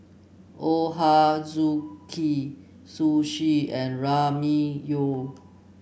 Ochazuke Sushi and Ramyeon